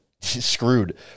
screwed